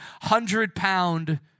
hundred-pound